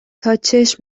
تاچشم